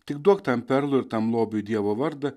tik duok tam perlui ir tam lobiui dievo vardą